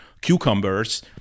cucumbers